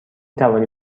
توانی